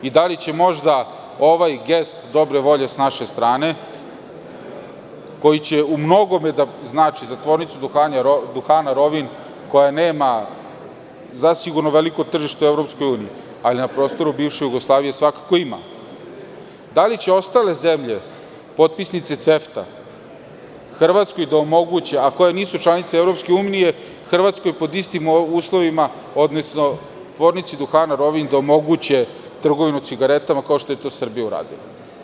Da li će možda ovaj gest dobre volje, sa naše strane, koji će u mnoge da znači za Tvornicu duhana Rovinj, koja nema veliko tržište u EU, ali na prostoru bivše Jugoslavije svakako ima, ostale zemlje, potpisnice CEFTA Hrvatskoj da omoguće, a koje nisu članice EU, Hrvatskoj pod istim uslovima, odnosno Tvornici duhana Rovinj, trgovinu cigaretama, kao što je to Srbija uradila?